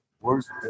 Worst